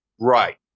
Right